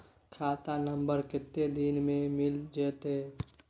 खाता नंबर कत्ते दिन मे मिल जेतै?